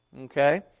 Okay